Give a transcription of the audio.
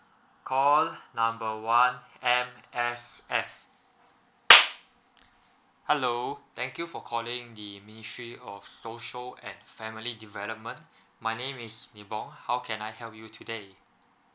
call number one M_S_F hello thank you for calling the ministry of social and family development my name is nee bong how can I help you today